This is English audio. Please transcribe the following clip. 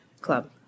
club